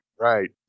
Right